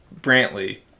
brantley